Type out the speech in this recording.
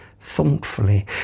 thoughtfully